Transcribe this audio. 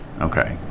Okay